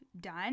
done